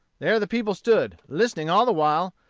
there the people stood, listening all the while,